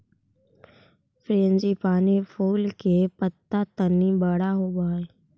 frangipani फूल के पत्त्ता तनी बड़ा होवऽ हई